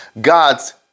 God's